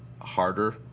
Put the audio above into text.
harder